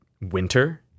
winter